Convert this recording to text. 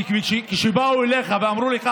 כי כשבאו אליך ואמרו לך: